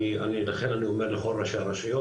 לכן אני אומר לכל ראשי הרשויות,